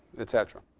et cetera.